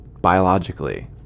Biologically